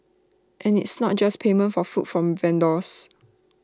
and it's not just payment for food from vendors